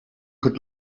could